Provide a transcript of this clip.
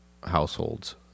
households